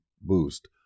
boost